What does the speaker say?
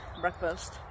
breakfast